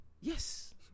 Yes